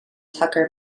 tucker